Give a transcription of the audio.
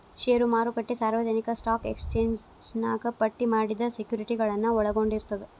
ಷೇರು ಮಾರುಕಟ್ಟೆ ಸಾರ್ವಜನಿಕ ಸ್ಟಾಕ್ ಎಕ್ಸ್ಚೇಂಜ್ನ್ಯಾಗ ಪಟ್ಟಿ ಮಾಡಿದ ಸೆಕ್ಯುರಿಟಿಗಳನ್ನ ಒಳಗೊಂಡಿರ್ತದ